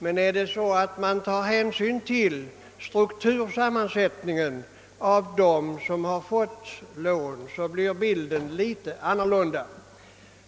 Men om man tar hänsyn till struktursammansättningen beträffande de företag som fått lån, blir bilden litet annorlunda.